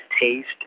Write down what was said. taste